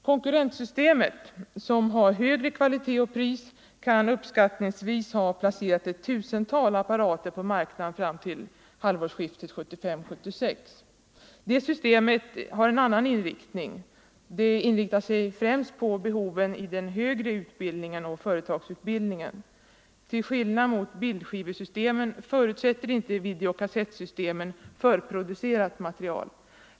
Konkurrentsystemet, som har högre kvalitet och pris, kan uppskattningsvis ha placerat ett tusental apparater på marknaden fram till nästa halvårsskifte. Det systemet har ett annat användningsområde. Det inriktar sig främst på behoven i den högre utbildningen och företagsutbildningen. Till skill nad från bildskivesystemen förutsätter inte videokassettsystemen för Nr 125 producerat material.